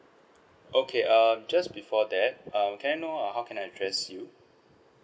okay err just before that um can I know how can I address you